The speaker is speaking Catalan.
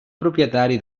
propietari